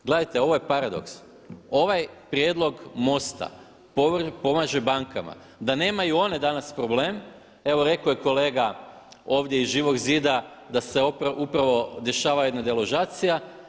Gledajte ovo je paradoks, ovaj prijedlog MOST-a pomaže bankama da nemaju one danas problem, evo rekao je kolega ovdje iz Živog zida da se upravo dešava jedna deložacija.